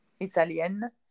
italienne